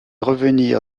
revenir